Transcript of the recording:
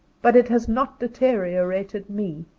but it has not deteriorated me.